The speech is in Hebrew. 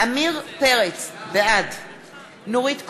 עמיר פרץ, בעד נורית קורן,